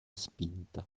spinta